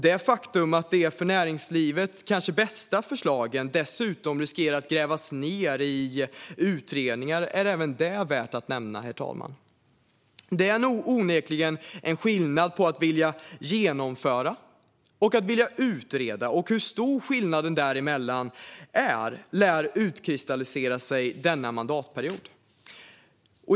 Det faktum att de för näringslivet kanske bästa förslagen dessutom riskerar att grävas ned i utredningar är även det värt att nämna. Det är onekligen en skillnad på att vilja genomföra och att vilja utreda, och hur stor skillnaden däremellan är lär utkristallisera sig denna mandatperiod.